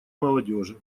молодежи